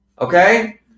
okay